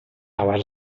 our